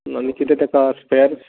आनी कितें ताका स्पॅर्स